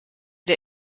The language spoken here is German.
der